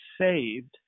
saved